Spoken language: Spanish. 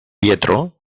pietro